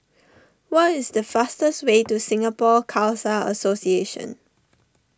what is the fastest way to Singapore Khalsa Association